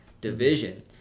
division